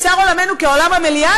צר עולמנו כעולם המליאה,